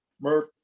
Murph